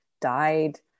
died